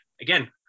again